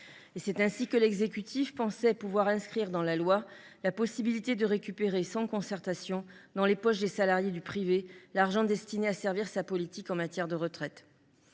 c’est ainsi que l’exécutif pensait pouvoir inscrire dans la loi la possibilité de récupérer, sans concertation, dans les poches des salariés du privé, l’argent destiné à servir sa politique en matière de retraites.